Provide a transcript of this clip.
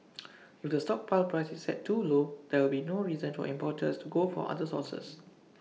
if the stockpile price is set too low there will be no reason for importers to go for other sources